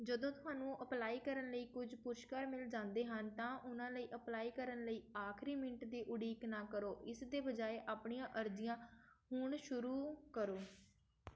ਜਦੋਂ ਤੁਹਾਨੂੰ ਅਪਲਾਈ ਕਰਨ ਲਈ ਕੁਝ ਮਿਲ ਜਾਂਦੇ ਹਨ ਤਾਂ ਉਨ੍ਹਾਂ ਲਈ ਅਪਲਾਈ ਕਰਨ ਲਈ ਆਖਰੀ ਮਿੰਟ ਦੀ ਉਡੀਕ ਨਾ ਕਰੋ ਇਸ ਦੇ ਬਜਾਏ ਆਪਣੀਆਂ ਅਰਜ਼ੀਆਂ ਹੁਣ ਸ਼ੁਰੂ ਕਰੋ